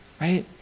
Right